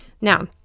now